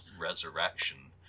resurrection